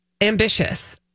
ambitious